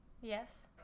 Yes